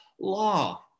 law